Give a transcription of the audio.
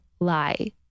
lie